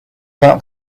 that